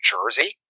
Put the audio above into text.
Jersey